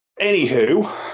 Anywho